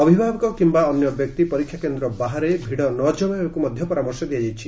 ଅଭିଭାବକ କିମ୍ସା ଅନ୍ୟ ବ୍ୟକ୍ତି ପରୀକ୍ଷା କେନ୍ଦ୍ ବାହାରେ ଭିଡ ନ ଜମାଇବାକୁ ପରାମର୍ଶ ଦିଆଯାଇଛି